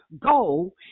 go